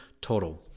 total